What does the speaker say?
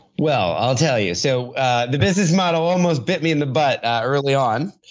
well, i'll tell you. so the business model almost bit me in the butt early on.